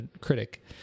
critic